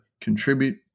contribute